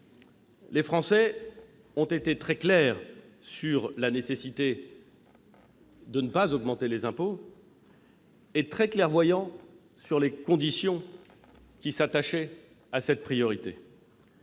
Les Français ont été très clairs s'agissant de la nécessité de ne pas augmenter les impôts et très clairvoyants sur les conditions s'attachant à cette priorité